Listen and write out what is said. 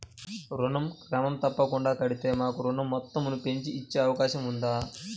ఋణం క్రమం తప్పకుండా కడితే మాకు ఋణం మొత్తంను పెంచి ఇచ్చే అవకాశం ఉందా?